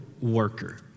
worker